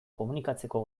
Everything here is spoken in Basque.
komunikatzeko